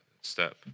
step